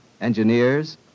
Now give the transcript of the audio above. engineers